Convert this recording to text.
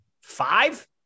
five